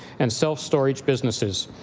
and self storage businesses.